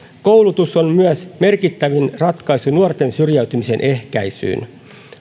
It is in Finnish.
koulutus on myös merkittävin ratkaisu nuorten syrjäytymisen ehkäisyyn